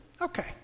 Okay